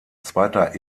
zweiter